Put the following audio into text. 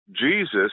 Jesus